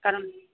কারণ